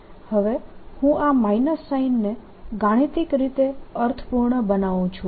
હવે હું આ માઇનસ સાઈનને ગાણિતિક રીતે અર્થપૂર્ણ બનાવું છું